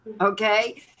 Okay